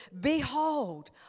behold